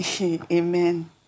Amen